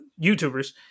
YouTubers